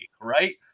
right